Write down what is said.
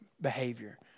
behavior